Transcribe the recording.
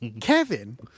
Kevin